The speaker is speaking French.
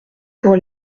pour